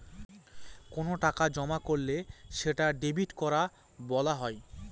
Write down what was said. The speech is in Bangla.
কোনো টাকা জমা করলে সেটা ডেবিট করা বলা হয়